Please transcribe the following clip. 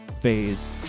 phase